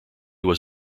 was